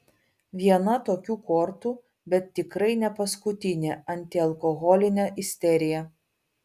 viena tokių kortų bet tikrai ne paskutinė antialkoholinė isterija